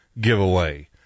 giveaway